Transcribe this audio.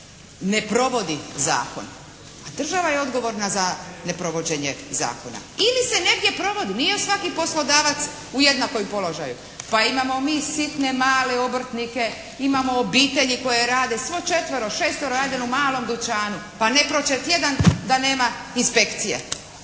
ne provodi zakon. A država je odgovorna za neprovođenje zakona. Ili se negdje provodi. Nije svaki poslodavac u jednakom položaju. Pa imamo mi sitne, male obrtnike, imamo obitelji koje rade svo četvero, šestero rade u jednom malom dućanu. Pa ne prođe tjedan da nema inspekcije.